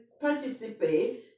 participate